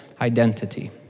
identity